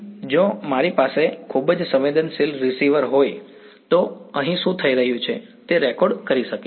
જો મારી પાસે ખૂબ જ સંવેદનશીલ રીસીવર હોય તો હું અહીં શું થઈ રહ્યું છે તે રેકોર્ડ કરી શકીશ